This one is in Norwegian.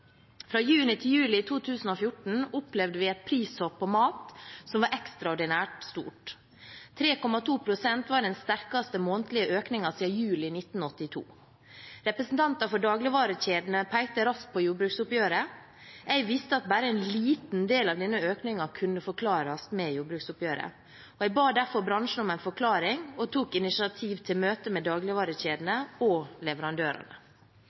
Fra juni til juli 2014 opplevde vi et prishopp på mat som var ekstraordinært stort. 3,2 pst. var den sterkeste månedlige økningen siden juli 1982. Representanter for dagligvarekjedene pekte raskt på jordbruksoppgjøret. Jeg visste at bare en liten del av denne økningen kunne forklares med jordbruksoppgjøret, og jeg ba derfor bransjen om en forklaring og tok initiativ til møter med dagligvarekjedene og leverandørene.